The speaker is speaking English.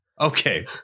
Okay